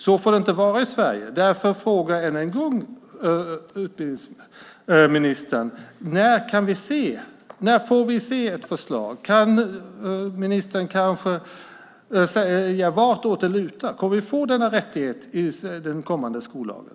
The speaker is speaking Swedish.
Så får det inte vara i Sverige. Därför frågar jag än en gång utbildningsministern: När får vi se ett förslag? Kan ministern kanske säga vartåt det lutar? Kommer vi att få denna rättighet i den kommande skollagen?